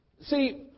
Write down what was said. See